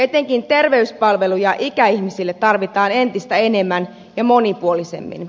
etenkin terveyspalveluja ikäihmisille tarvitaan entistä enemmän ja monipuolisemmin